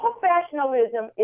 Professionalism